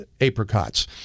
apricots